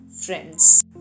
friends